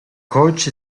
coach